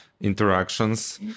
interactions